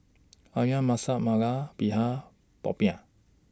Ayam Masak Merah Begedil Popiah